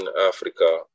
Africa